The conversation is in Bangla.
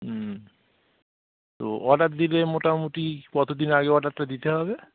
হুম তো অর্ডার দিলে মোটামুটি কতদিন আগে অডারটা দিতে হবে